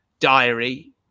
diary